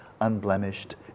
unblemished